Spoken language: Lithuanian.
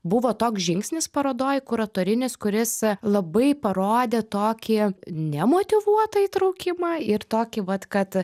buvo toks žingsnis parodoj kuratorinis kuris labai parodė tokį nemotyvuotą įtraukimą ir tokį vat kad